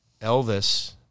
Elvis